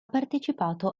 partecipato